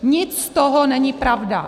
Nic z toho není pravda.